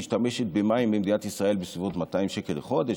משתמשת במים במדינת ישראל בסביבות 200 לחודש,